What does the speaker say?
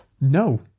No